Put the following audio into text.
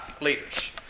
leaders